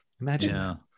Imagine